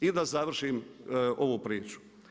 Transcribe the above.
I da završim ovu priču.